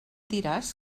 diràs